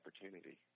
opportunity